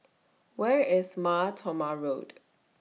Where IS Mar Thoma Road